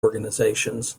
organizations